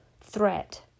threat